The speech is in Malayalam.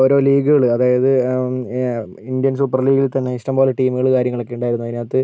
ഓരോ ലീഗുകൾ അതായത് ഇന്ത്യൻ സൂപ്പർ ലീഗിൽ തന്നെ ഇഷ്ടംപോലെ ടീമുകൾ കാര്യങ്ങളൊക്കെയുണ്ടായിരുന്നു അതിനകത്ത്